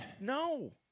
No